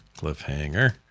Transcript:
Cliffhanger